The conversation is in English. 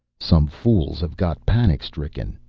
some fools have got panic-stricken!